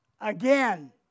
again